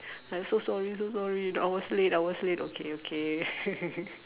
like so sorry so sorry I was late I was late okay okay